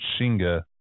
Shinga